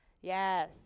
Yes